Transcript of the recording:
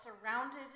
surrounded